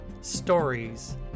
stories